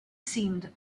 seemed